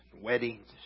weddings